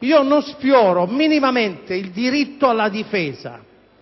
Non sfioro minimamente il diritto alla difesa,